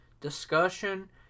discussion